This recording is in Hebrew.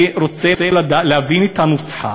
אני רוצה להבין את הנוסחה